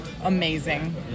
Amazing